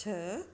छह